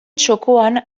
txokoan